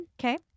Okay